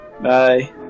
Bye